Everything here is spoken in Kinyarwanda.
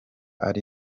ari